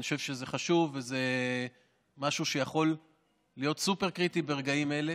אני חושב שזה חשוב וזה משהו שיכול להיות סופר-קריטי ברגעים אלה.